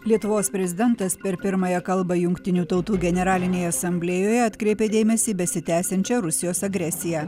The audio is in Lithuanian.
lietuvos prezidentas per pirmąją kalbą jungtinių tautų generalinėje asamblėjoje atkreipė dėmesį į besitęsiančią rusijos agresiją